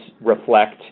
reflect